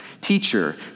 teacher